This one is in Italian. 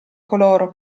coloro